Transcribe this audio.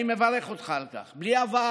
אני מברך אותך על כך, בלי אבל,